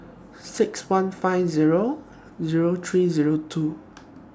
six one five Zero Zero three Zero two